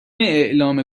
اعلام